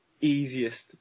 easiest